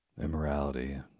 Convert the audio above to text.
Immorality